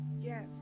yes